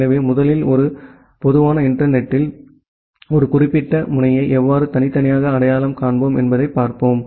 எனவே முதலில் ஒரு பொதுவான இன்டர்நெட் த்தில் ஒரு குறிப்பிட்ட முனையை எவ்வாறு தனித்தனியாக அடையாளம் காண்போம் என்பதைப் பார்ப்போம்